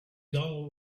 donald